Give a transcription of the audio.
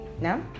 Now